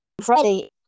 Friday